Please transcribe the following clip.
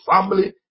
family